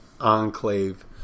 enclave